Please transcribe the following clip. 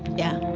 yeah.